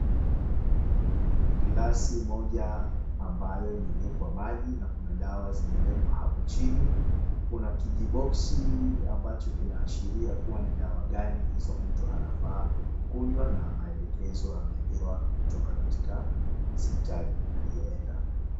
Glasi moja ambayo imewekwa maji na kuna dawa zimewekwa hapo chini. Kuna kijiboxi ambacho kinaashiria kuwa ni dawa gani hizo mtu anafaa kunywa na maelekezo amepewa kutoka katika hospitali aliyoenda.